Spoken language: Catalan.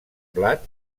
blat